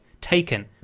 taken